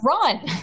run